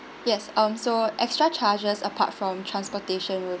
yes um so extra charges apart from transportation will